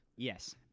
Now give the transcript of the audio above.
Yes